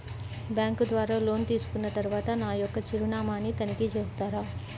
Bank ద్వారా loan తీసుకున్న తరువాత నా యొక్క చిరునామాని తనిఖీ చేస్తారా?